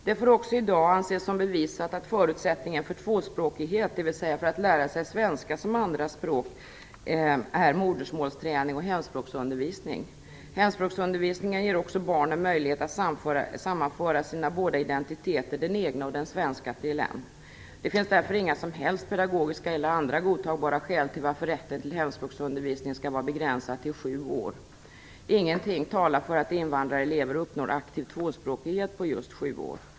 Det får också i dag anses som bevisat att förutsättningen för tvåspråkighet, dvs. för att lära sig svenska som andra språk, är modermålsträning och hemspråksundervisning. Hemspråksundervisningen ger också barnen möjlighet att sammanföra sina båda identiteter, den egna och den svenska, till en. Det finns därför inga som helst pedagogiska eller andra godtagbara skäl till att rätten till hemspråksundervisningen skall vara begränsad till sju år. Ingenting talar för att invandrarelever uppnår aktiv tvåspråkighet på just sju år.